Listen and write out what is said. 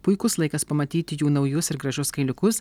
puikus laikas pamatyti jų naujus ir gražius kailiukus